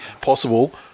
possible